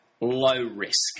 low-risk